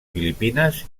filipines